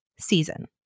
season